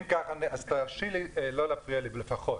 אם כך אז תרשי לי, לא להפריע לי לפחות.